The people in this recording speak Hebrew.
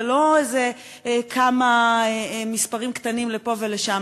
ולא איזה כמה מספרים קטנים לפה ולשם,